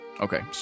Okay